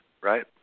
right